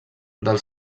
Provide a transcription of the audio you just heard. del